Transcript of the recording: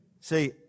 See